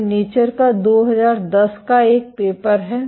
यह नेचर का 2010 का एक पेपर है